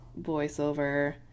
voiceover